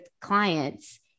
clients